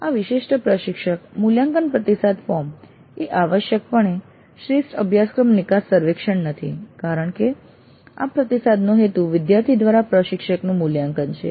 આ વિશિષ્ટ પ્રશિક્ષક મૂલ્યાંકન પ્રતિસાદ ફોર્મ એ આવશ્યકપણે શ્રેષ્ઠ અભ્યાસક્રમ નિકાસ સર્વેક્ષણ નથી કારણ કે આ પ્રતિસાદનો હેતુ વિદ્યાર્થી દ્વારા પ્રશિક્ષકનું મૂલ્યાંકન છે